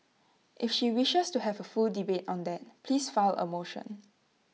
if she wishes to have A full debate on that please file A motion